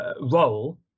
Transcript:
role